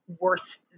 worth